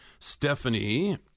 Stephanie